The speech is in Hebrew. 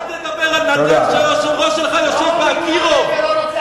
אל תדבר על נדל"ן כשהיושב-ראש שלך יושב ב"מגדלי אקירוב".